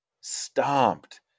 Stomped